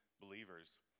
believers